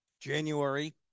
January